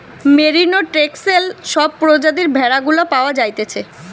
merino, Texel সব প্রজাতির ভেড়া গুলা পাওয়া যাইতেছে